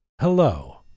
Hello